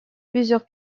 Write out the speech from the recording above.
plusieurs